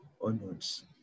onwards